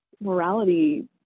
morality